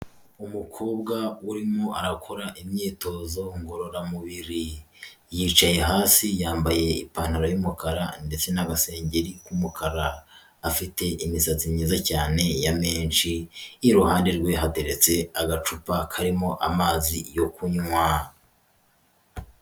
Umukobwa urimo arakora imyitozo ngororamubiri, yicaye hasi yambaye ipantaro y'umukara ndetse n'agasengeri k'umukara, afite imisatsi myiza cyane ya menshi, iruhande rwe hateretse agacupa karimo amazi yo kunywa.